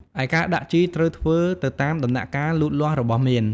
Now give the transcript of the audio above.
ឯការដាក់ជីត្រូវធ្វើទៅតាមដំណាក់កាលលូតលាស់របស់មៀន។